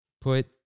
Put